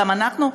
גם אנחנו,